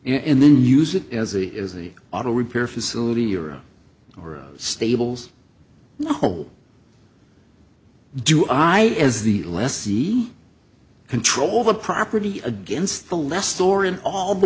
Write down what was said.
and then use it as a as a auto repair facility or are stables whole do i as the lessee control the property against the last story in all the